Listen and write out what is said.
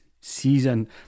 season